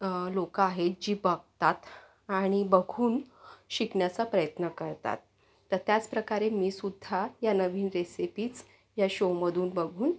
लोकं आहेत जी बघतात आणि बघून शिकण्याचा प्रयत्न करतात तर त्याचप्रकारे मीसुद्धा ह्या नवीन रेसिपीज ह्या शोमधून बघून